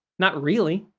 not really.